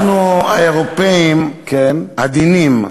אנחנו, האירופאים, עדינים,